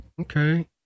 Okay